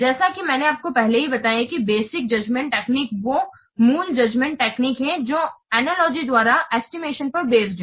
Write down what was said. जैसा कि मैंने आपको पहले ही बताया है कि बेसिक जजमेंट तकनीक वो मूल जजमेंट तकनीक है जो अनलॉगी द्वारा एस्टिमेशन पर बेस्ड है